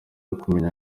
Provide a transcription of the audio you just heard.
ukumenya